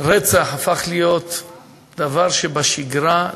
רצח הפך להיות דבר שבשגרה,